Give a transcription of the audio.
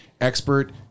expert